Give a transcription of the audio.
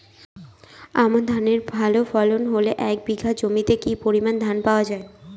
আমন ধানের ভালো ফলন হলে এক বিঘা জমিতে কি পরিমান ধান পাওয়া যায়?